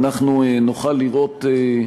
ואנחנו נוכל לראות,